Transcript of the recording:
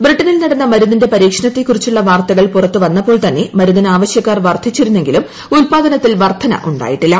ബ്രിട്ടുമ്പിൽ നടന്ന മരുന്നിന്റെ പരീക്ഷണത്തെ കുറിച്ചുള്ള വാർത്തകൾ പുറത്തു വന്നപ്പോൾ തന്നെ മരുന്നിന് ആവശ്യക്കാർ വർദ്ധിച്ചിരുന്നെങ്കിലും ഉത്പാദനത്തിൽ വർദ്ധനയുണ്ടായിട്ടില്ല